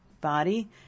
body